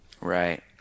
Right